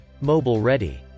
mobile-ready